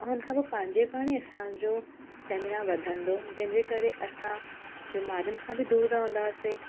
हुनखां पोइ पंहिंजे पाण ई असांजो स्टैमिना वधंदो जंहिंजे करे असां बीमारीयुनि खां बि दूरि रहंदासीं